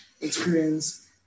experience